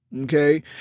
okay